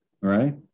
right